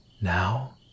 Now